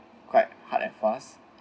quite hard at first